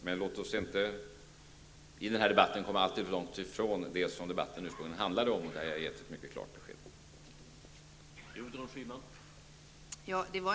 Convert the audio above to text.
Men låt oss inte i denna debatt komma alltför långt från den ursprungliga frågan som jag har givit ett mycket klart besked på.